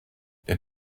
der